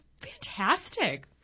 fantastic